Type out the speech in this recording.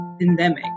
pandemic